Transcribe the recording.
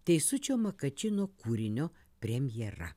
teisučio makačino kūrinio premjera